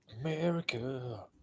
America